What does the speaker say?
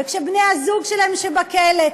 וכשבני-הזוג שלהם שבכלא,